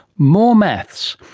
more maths.